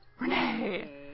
Renee